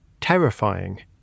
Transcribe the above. terrifying